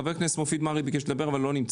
חבר הכנסת מופיד מרעי ביקש לדבר אבל הוא לא כאן.